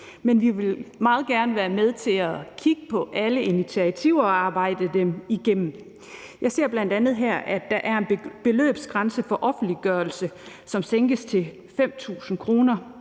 men vi vil meget gerne være med til at kigge på alle initiativer og arbejde dem igennem. Jeg ser bl.a., at der er en beløbsgrænse for, hvad der skal offentliggøres, som sænkes til 5.000 kr.